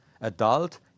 Adult